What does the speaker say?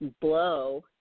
blow